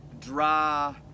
dry